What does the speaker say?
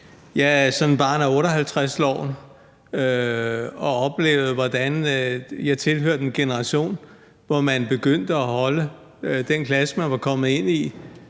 Jeg er sådan barn af 1958-loven og oplevede, hvordan jeg tilhører en generation, hvor man begyndte at holde fast i den klasse, man var kommet ind i